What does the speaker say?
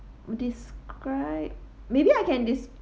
describe maybe I can des~